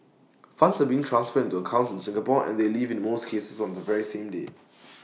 funds are being transferred into accounts in Singapore and they leave in most cases on the very same day